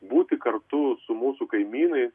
būti kartu su mūsų kaimynais